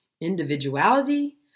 individuality